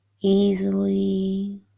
easily